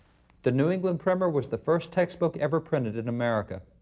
the new england primer was the first textbook ever printed in america.